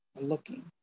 Looking